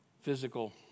physical